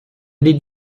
did